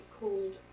called